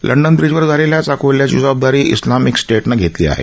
London bridge वर झालेल्या चाक् हल्ल्याची जबादारी इस्लामिक स्टेटनं घेतली आहे